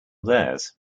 theirs